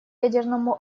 ядерному